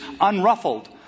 unruffled